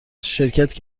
شرکتی